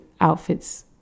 outfits